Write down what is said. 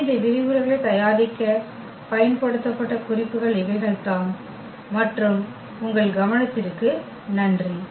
எனவே இந்த விரிவுரைகளைத் தயாரிக்கப் பயன்படுத்தப்பட்ட குறிப்புகள் இவைகள் தாம் மற்றும் உங்கள் கவனத்திற்கு நன்றி